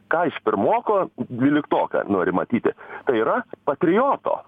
ką iš pirmoko dvyliktoką nori matyti tai yra patrioto